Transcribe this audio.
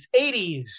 80s